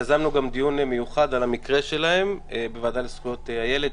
יזמנו גם דיון מיוחד על המקרה שלהם בוועדה לזכויות הילד,